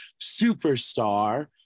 superstar